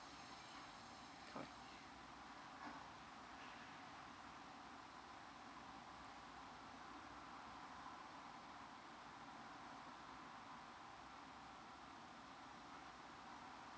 correct